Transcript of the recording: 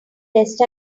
best